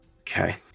Okay